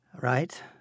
right